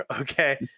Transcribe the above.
Okay